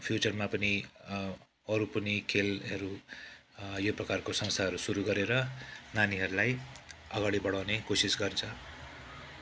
फ्युचरमा पनि अरू कुनै खेलहरू यो प्रकारको संस्थाहरू सुरु गरेर नानीहरूलाई अगाडि बढाउने कोसिस गर्छ